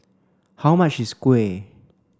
how much is Kuih